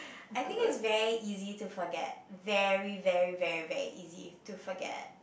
I think is very easy to forget very very very very easy to forget